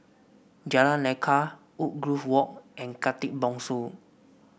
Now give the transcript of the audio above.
Jalan Lekar Woodgrove Walk and Khatib Bongsu